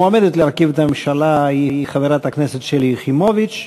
התשע"ד 2013, מאת חברי הכנסת יעקב אשר,